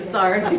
Sorry